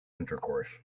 intercourse